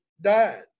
died